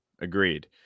Agreed